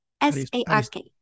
S-A-R-K